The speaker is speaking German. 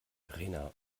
rena